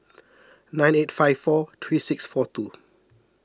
nine eight five four three six four two